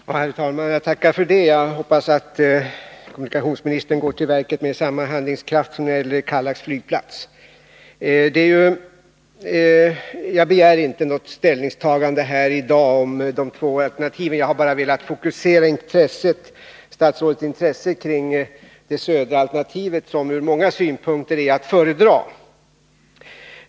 Herr talman! Jag tackar för det löftet och hoppas att kommunikationsministern går till verket med samma handlingskraft som när det gällde Kallax flygplats. Jag begär inte något ställningstagande i dag beträffande de två alternativen, utan jag har bara velat fokusera statsrådets intresse kring det södra alternativet, som ur många synpunkter är att föredra.